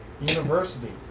University